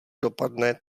dopadne